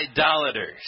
idolaters